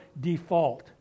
default